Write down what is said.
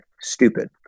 stupid